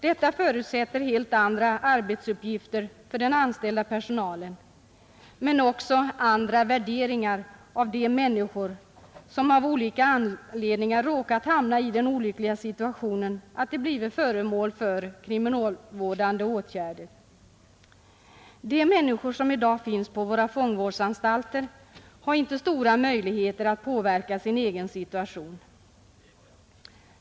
Detta förutsätter helt andra arbetsuppgifter för den anställda personalen men också andra värderingar av de människor som av olika anledningar råkat hamna i den olyckliga situationen att bli föremål för kriminalvårdande åtgärder. De människor som i dag finns på våra fångvårdsanstalter har inte stora möjligheter att påverka sin egen situation.